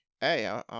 Hey